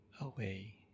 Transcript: away